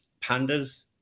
pandas